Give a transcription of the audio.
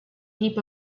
heap